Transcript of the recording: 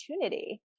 opportunity